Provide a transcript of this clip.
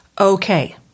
Okay